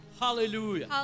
Hallelujah